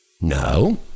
No